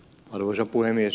arvoisa puhemies